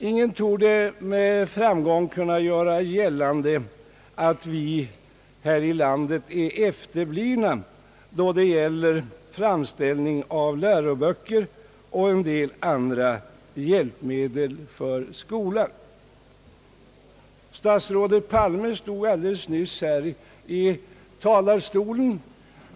Ingen torde med framgång kunna göra gällande att vi här i landet är efterblivna då det gäller framställning av läroböcker och andra hjälpmedel för skolan. Statsrådet Palme stod alldeles nyss i talarstolen.